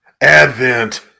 Advent